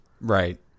right